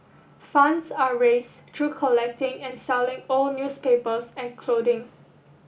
funds are raised through collecting and selling old newspapers and clothing